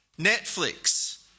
Netflix